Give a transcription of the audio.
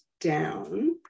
down